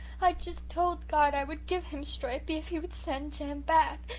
i just told god i would give him stripey if he would send jem back.